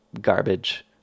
garbage